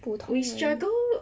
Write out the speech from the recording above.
普通人